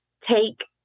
take